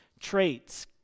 traits